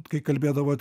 kai kalbėdavot